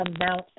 amount